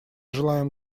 желаем